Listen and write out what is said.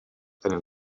einen